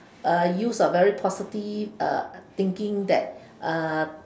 uh use a very positive uh thinking that uh